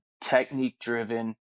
technique-driven